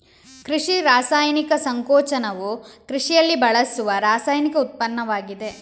ಕೃಷಿ ರಾಸಾಯನಿಕ ಸಂಕೋಚನವು ಕೃಷಿಯಲ್ಲಿ ಬಳಸುವ ರಾಸಾಯನಿಕ ಉತ್ಪನ್ನವಾಗಿದೆ